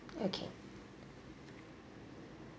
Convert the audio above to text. okay